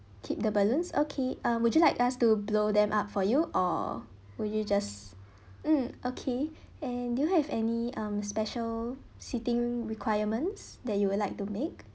keep the balloons okay um would you like us to blow them up for you or would you just um okay and do you have any um special seating requirements that you would like to make